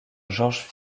georges